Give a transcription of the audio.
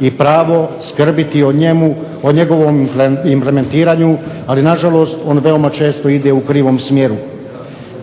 i pravo skrbiti o njemu, o njegovom implementiranju, ali na žalost on veoma često ide u krivom smjeru.